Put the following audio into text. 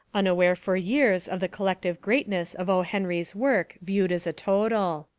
unaware for years of the collective greatness of o. henry's work viewed as a total.